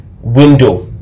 window